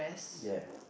ya